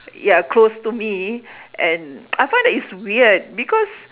ya close to me and I find that it's weird because